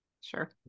sure